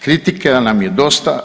Kritika nam je dosta.